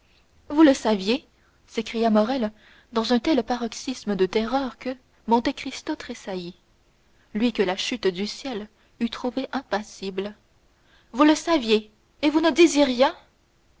vous le saviez s'écria morrel dans un tel paroxysme de terreur que monte cristo tressaillit lui que la chute du ciel eût trouvé impassible vous le saviez et vous ne disiez rien